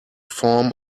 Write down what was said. form